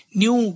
new